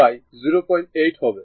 তাই এটি 04 হবে